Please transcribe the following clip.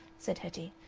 said hetty.